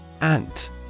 Ant